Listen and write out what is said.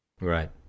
Right